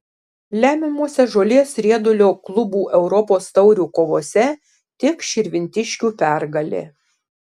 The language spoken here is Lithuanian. lemiamose žolės riedulio klubų europos taurių kovose tik širvintiškių pergalė